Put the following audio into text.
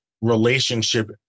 relationship